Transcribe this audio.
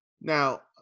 Now